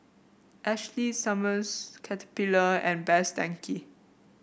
Ashley Summers Caterpillar and Best Denki